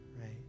right